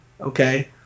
Okay